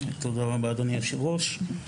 תודה רבה, אדוני היושב ראש.